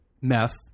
meth